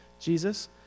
Jesus